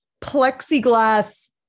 plexiglass